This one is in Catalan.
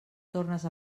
tornes